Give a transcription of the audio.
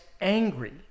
angry